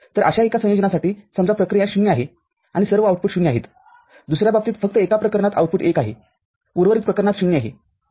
तर अशा एका संयोजनासाठी समजा प्रक्रिया ० आहे म्हणजे सर्व आउटपुट ० आहेत दुसर्या बाबतीत फक्त एका प्रकरणात आउटपुट१ आहे उर्वरित प्रकरणात ० आहे